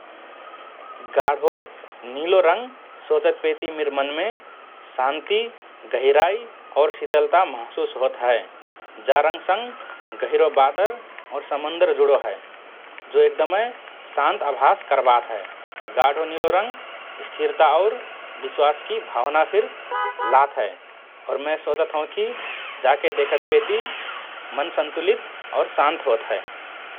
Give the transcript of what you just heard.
गाढो निलो रंग सोचत पेति मिर मनमे शान्ति, गहिराइ और शीतलता महसुस होत हए । जा रंग संग गहिरो वादर और समुन्दर जुडो हए, जो एकदमए शान्त अभास करबात हए । गाढो निलो रंग स्थिरता और विश्वासकि भावना फिर लात हए और मए सोचत हओँ कि जाके देखत पेति मन सन्तुलित और शान्त होत हए ।